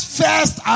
first